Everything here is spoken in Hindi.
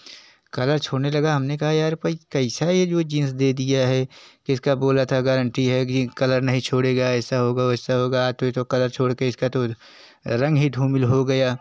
कलर छोड़ने लगा हमने कहा यार पै कैसा यह वह जिन्स दे दिया है कि इसका बोला था गारंटी है ही कि कलर नहीं छोड़ेगा ऐसा होगा वैसा होगा आत वह तो कलर छोड़ कर इसका तो रंग ही धूमिल हो गया